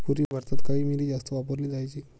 पूर्वी भारतात काळी मिरी जास्त वापरली जायची